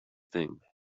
thing